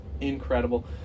incredible